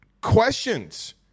questions